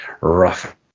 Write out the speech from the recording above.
rough